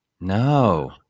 No